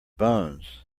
bones